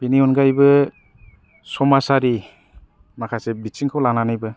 बेनि अनगायैबो समाजआरि माखासे बिथिंखौ लानानैबो